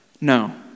No